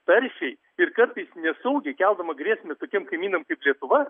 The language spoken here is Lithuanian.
taršiai ir kartais nesaugiai keldama grėsmę tokiem kaimynam kaip lietuva